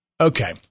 Okay